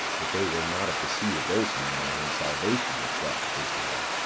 but they were not of the seed of those men by whom salvation was brought to israel.